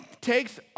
takes